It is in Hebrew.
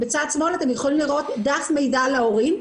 אתם יכולים לראות דף מידע להורים,